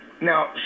Now